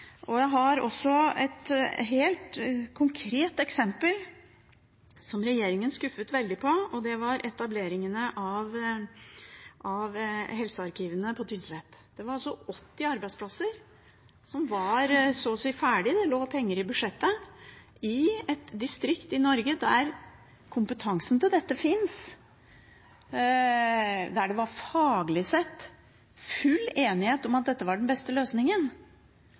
sitt. Jeg har også et helt konkret eksempel der regjeringen skuffet veldig, og det var på etableringen av helsearkivene på Tynset. Det var 80 arbeidsplasser som var så å si ferdig. Det lå penger i budsjettet, til et distrikt i Norge der kompetansen til dette finnes, der det faglig sett var full enighet om at dette var den beste løsningen,